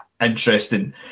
interesting